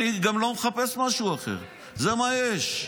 אני גם לא מחפש משהו אחר, זה מה יש.